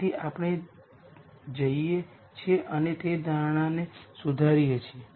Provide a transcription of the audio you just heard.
તેથી આપણે જઈએ છીએ અને તે ધારણાને સુધારીએ છીએ